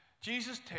Jesus